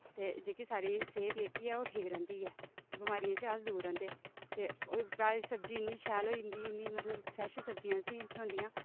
ते जेह्की साढ़ी सेह्त जेह्की ऐ ओह् ठीक रौंह्दी ऐ बमारियां शा अस दूर रौंह्दे ते उप्परा जे सब्जी इन्नी शैल होई जंदी इन्नी मतलब फ्रैश सब्जियां असे ईं थ्होई जंदियां